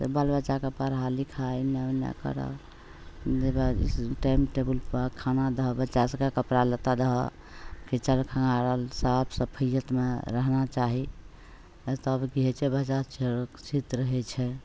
तऽ बाल बच्चाके पढ़ा लिखा एन्ने ओन्ने करऽ हेबे टाइम टेबुलपर खाना दहऽ बच्चा सभकेँ कपड़ा लत्ता दहऽ खिचल खङ्गारल साफ सफैअतमे रहना चाही तब कि होइ छै बच्चा सुरक्षित रहै छै